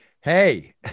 hey